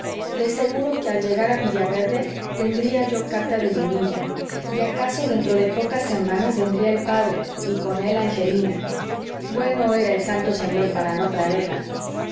de seguro que al llegar a villaverde tendría yo carta de linilla y acaso dentro de pocas semanas vendría el padre y con él angelina bueno era el santo señor para no traerla